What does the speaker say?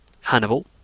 Hannibal